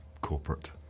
corporate